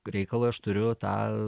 reikalui aš turiu tą